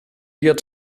wir